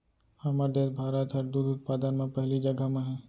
हमर देस भारत हर दूद उत्पादन म पहिली जघा म हे